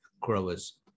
growers